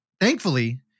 thankfully